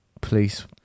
Police